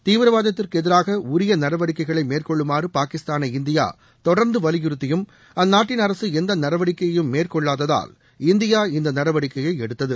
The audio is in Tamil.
தீவிரவாதத்திற்கு எதிராக உரிய நடவடிக்கைகளை மேற்கொள்ளுமாறு பாகிஸ்தானை இந்தியா தொடர்ந்து வலியுறுத்தியும் அந்நாட்டின் அரசு எந்த நடவடிக்கையையும் மேற்கொள்ளாததால் இந்தியா இந்த நடவடிக்கையை எடுத்தது